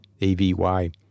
AVY